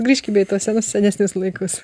grįžkime į tuos senus senesnius laikus